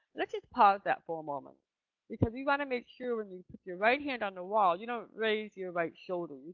let's just pause that for a moment because you want to make sure when you put your right hand on the wall, you don't raise your right shoulder.